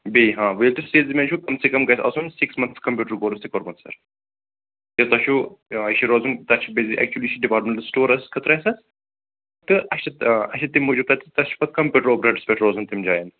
بیٚیہِ ہاں وۅنۍ ییٚلہِ تُہۍ سیلز مین چھِو کَم سے کَم گَژھِ آسُن سِکٕس مَنٛتھٕس کَمپیٛوٗٹَر کوٚرُس تہِ کوٚرمُت سَر کیٛاہ تُہۍ چھُو آ یہِ چھُ روزُن تَتھ چھُ بِلڈِنٛگ ایٚکچُولی چھُ یہِ ڈِپاٹمِنٹَل سِٹور اَسہِ خٲطرٕ سر تہٕ اَسہِ چھِ آ اَسہِ چھِ تَمہِ موٗجوٗب تَتہِ تَتہِ چھِ پَتہٟ کَمپیٛوٗٹَر آپریٹس پیٚٹھ روزُن تِم جایَن